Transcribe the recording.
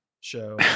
show